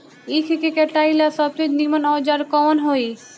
ईख के कटाई ला सबसे नीमन औजार कवन होई?